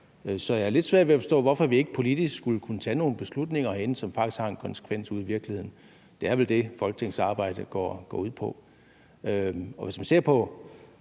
Så jeg har lidt svært ved at forstå, hvorfor vi ikke politisk skulle kunne tage nogle beslutninger herinde, som faktisk har en konsekvens ude i virkeligheden. Det er vel det, Folketingets arbejde går ud på, og hvis man ser på